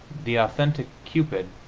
the authentic cupid,